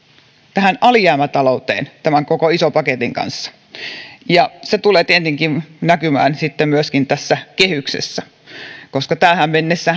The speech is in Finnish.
tähän alijäämätalouteen tämän koko ison paketin kanssa ja se tulee tietenkin näkymään sitten myöskin tässä kehyksessä kun ne tähän mennessä